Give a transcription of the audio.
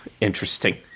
interesting